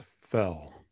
fell